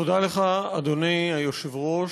תודה לך, אדוני היושב-ראש,